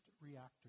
reactor